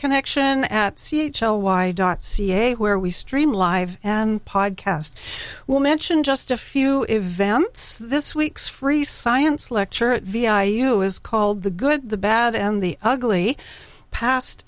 connection at c h l why dot ca where we stream live and podcast will mention just a few events this week's free science lecture vi you is called the good the bad and the ugly past